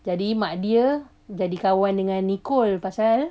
jadi mak dia jadi kawan dengan nicole pasal